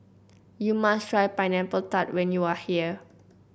you must try Pineapple Tart when you are here